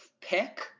pick